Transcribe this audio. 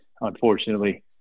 Unfortunately